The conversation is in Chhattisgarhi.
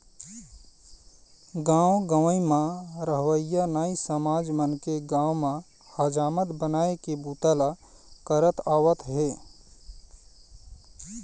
गाँव गंवई म रहवइया नाई समाज मन के गाँव म हजामत बनाए के बूता ल करत आवत हे